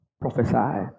Prophesy